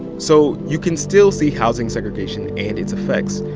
so you can still see housing segregation and its effects,